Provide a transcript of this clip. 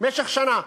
במשך שנה.